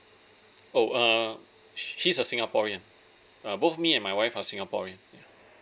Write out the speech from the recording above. oh err she's a singaporean uh both me and my wife are singaporean